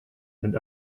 and